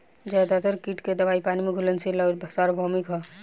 ज्यादातर कीट के दवाई पानी में घुलनशील आउर सार्वभौमिक ह?